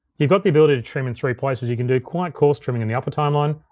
you've got the ability to trim in three places. you can do quite coarse trimming in the upper timeline,